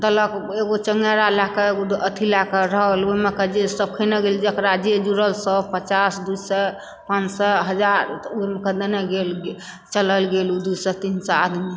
देलक एगो चंगेरा लऽ कऽ अथि लऽ कऽ रोल ओहिमे जे सब खेनै गेल जेकरा जे जुड़ल सए पचास दू सए पाँच सए हजार ओ मे कऽ देने गेल चलल गेल ओ दू सए तीन सए आदमीमे